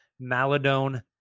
Maladone